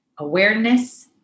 awareness